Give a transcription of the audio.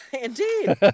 Indeed